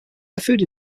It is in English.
food